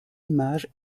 image